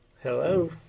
Hello